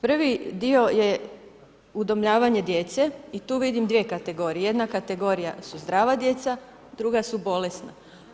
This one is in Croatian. Prvi dio je udomljavanje djece i tu vidim dvije kategorije, jedna kategorija su zdrava djeca, druga su bolesna.